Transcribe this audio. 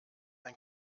ein